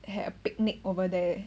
had a picnic over there